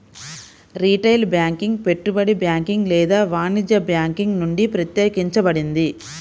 retail banking పెట్టుబడి banking లేదా వాణిజ్య బ్యాంకింగ్ నుండి ప్రత్యేకించబడింది